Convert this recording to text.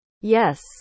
Yes